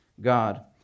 God